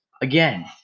Again